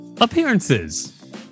Appearances